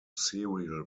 serial